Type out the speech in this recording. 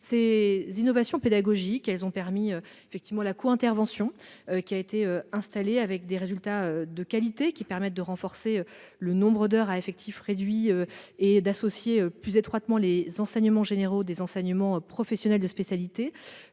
innovations pédagogiques. Je pense notamment à la co-intervention, qui est bien installée et produit des résultats de qualité. Elle permet de renforcer le nombre d'heures à effectifs réduits et d'associer plus étroitement enseignements généraux et enseignements professionnels de spécialité.